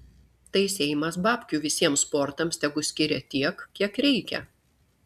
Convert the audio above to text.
tai seimas babkių visiems sportams tegul skiria tiek kiek reikia